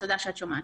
תודה שאת שומעת.